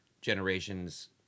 generation's